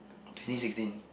twenty sixteen